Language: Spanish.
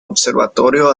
observatorio